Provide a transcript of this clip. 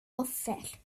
offer